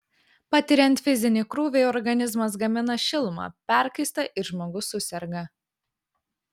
patiriant fizinį krūvį organizmas gamina šilumą perkaista ir žmogus suserga